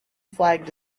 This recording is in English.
flagged